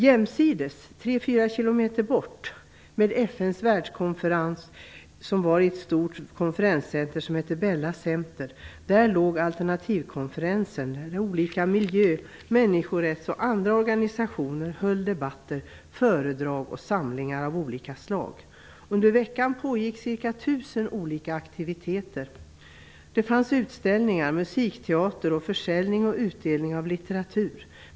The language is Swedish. Jämsides, tre fyra kilometer bort, med FN:s världskonferens som ägde rum i ett stort konferenscenter som heter Bella center låg alternativkonferensen. Olika miljö och människorättsorganisationer samt andra organisationer förde där debatter, höll föredrag och anordnade samlingar av olika slag. Under veckan pågick ca tusen olika aktiviteter. Det fanns utställningar, musikteater, försäljning och utdelning av litteratur.